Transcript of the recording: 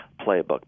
playbook